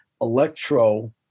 electro